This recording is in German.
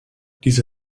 diese